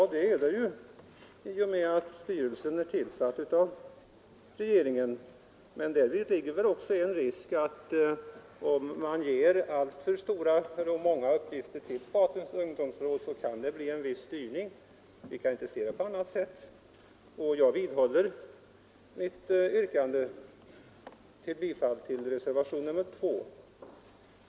Ja, det är det i och med att styrelsen är tillsatt av regeringen. Men däri ligger också en risk att om man ger alltför många och stora uppgifter till statens ungdomsråd, så kan det bli en viss styrning. Vi kan inte se det på annat sätt. Jag vidhåller mitt yrkande om bifall till reservationen 2.